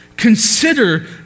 Consider